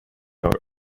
york